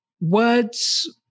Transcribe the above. Words